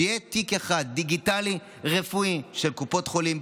שיהיה תיק אחד דיגיטלי רפואי של קופות חולים,